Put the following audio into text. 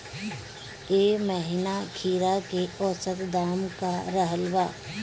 एह महीना खीरा के औसत दाम का रहल बा?